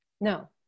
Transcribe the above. No